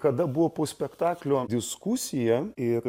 kada buvo po spektaklio diskusija ir